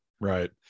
Right